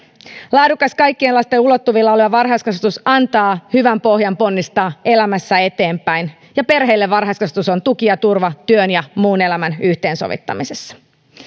laadukas kaikkien lasten ulottuvilla oleva varhaiskasvatus antaa hyvän pohjan ponnistaa elämässä eteenpäin ja perheille varhaiskasvatus on tuki ja turva työn ja muun elämän yhteensovittamisessa